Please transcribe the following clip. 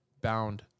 bound